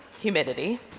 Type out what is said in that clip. humidity